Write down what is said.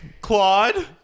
Claude